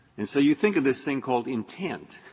and so you think of this thing called intent,